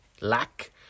lack